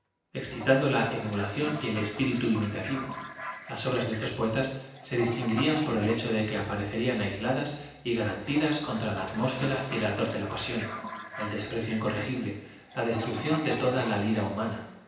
la emulaeión y el espi ritu im itativo las obras de esos poetas ae distioguirian por el hecho de que aparecerían aisladas y garan tidas contra la atmósfera y el ardor de la pasión el desprecio incorregible la destrucción de toda la lira humana